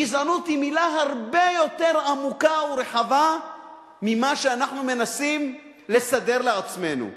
גזענות היא מלה הרבה יותר עמוקה ורחבה ממה שאנחנו מנסים לסדר לעצמנו.